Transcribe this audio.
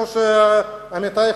כמו שעמיתי,